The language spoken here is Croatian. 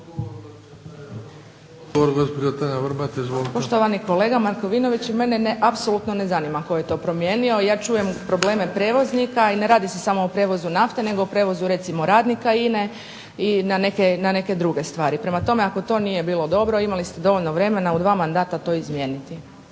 Poštovani kolega Markovinović, mene apsolutno ne zanima tko je to promijenio, ja čujem probleme prijevoznika i ne radi se samo o prijevozu nafte, nego o prijevozu radnika INA-e i neke druge stvari. Prema tome, ako to nije bilo dobro imali ste vremena dva mandata to izmijeniti.